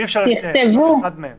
איך הם יידעו אחד על השני?